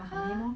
!huh!